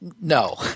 No